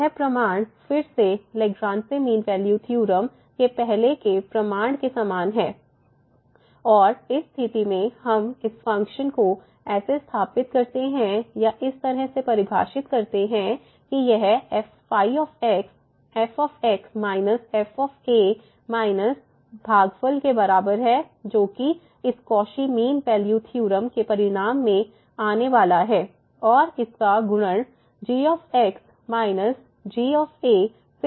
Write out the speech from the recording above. यह प्रमाण फिर से लैग्रांज मीन वैल्यू थ्योरम के पहले के प्रमाण के समान है और इस स्थिति में हम इस फ़ंक्शन को ऐसे स्थापित करते हैं या इस तरह से परिभाषित करते हैं कि यह f− f माइनस भागफल के बराबर है जोकि इस कौशी मीन वैल्यू थ्योरम के परिणाम में आने वाला है और इसका गुणन g − g से होता है